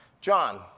John